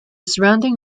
surrounding